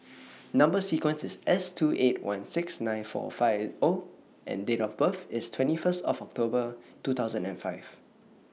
Number sequence IS S two eight one six nine four five O and Date of birth IS twenty First of October two thousand and five